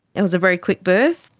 it was a very quick birth,